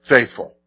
Faithful